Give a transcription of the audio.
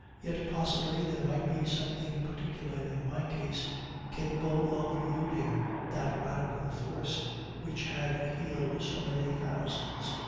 yet, possibly, there might be something particular in my case capable of eluding that radical force which had healed so many thousands.